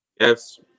yes